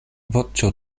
voĉo